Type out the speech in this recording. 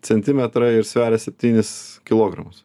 centimetrai ir sveria septynis kilogramus